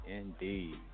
Indeed